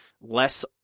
less